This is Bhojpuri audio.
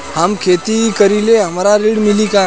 हम खेती करीले हमरा ऋण मिली का?